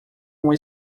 uma